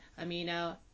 Amino